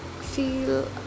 feel